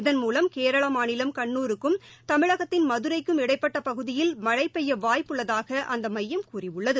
இதன் மூலம் கேரள மாநிலம் கண்னூருக்கும் தமிழ்நாட்டின் மதுரைக்கும் இடைப்பட்ட பகுதியில் மழை பெய்ய வாய்ப்பு உள்ளதாக அந்த மையம் கூறியுள்ளது